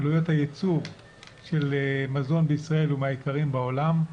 עלויות הייצור של מזון בישראל הן מהיקרות בעולם.